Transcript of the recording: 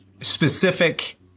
specific